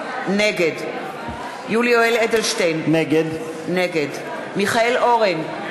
נגד יולי יואל אדלשטיין, נגד מיכאל אורן,